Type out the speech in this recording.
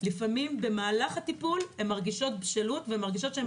לפעמים במהלך הטיפול הם מרגישות ומרגישים